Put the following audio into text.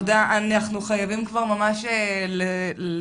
אנחנו חייבים כבר ממש לסיים,